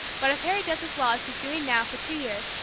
but if harry does as well as he's doing now for two years,